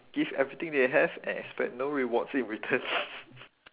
give everything they have and expect no rewards in return